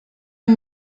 amb